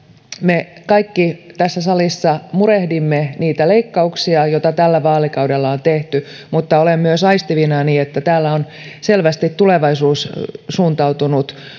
me kaikki tässä salissa murehdimme niitä leikkauksia joita tällä vaalikaudella on tehty mutta olen myös aistivinani että täällä on selvästi tulevaisuussuuntautunut